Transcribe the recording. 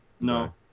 No